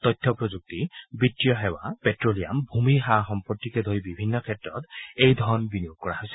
তথ্যপ্ৰযুক্তি বিত্তীয় সেৱা পেট্লিয়াম ভূমি সা সম্পত্তিকে ধৰি বিভিন্ন ক্ষেত্ৰত এই ধন বিনিয়োগ কৰা হৈছে